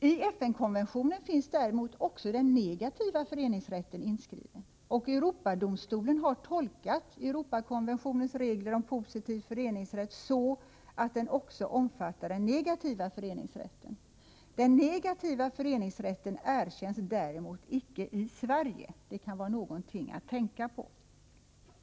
I FN-konventionen finns däremot också den negativa föreningsrätten inskriven. Europadomstolen har tolkat Europakonventionens regler om positiv föreningsrätt så, att den också omfattar den negativa föreningsrätten. Den negativa föreningsrätten erkänns däremot icke i Sverige. Det kan vara någonting att tänka på.